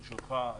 ברשותך,